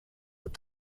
have